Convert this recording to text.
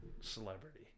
celebrity